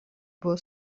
buvo